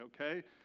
okay